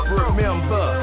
remember